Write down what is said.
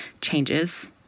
changes